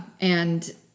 And-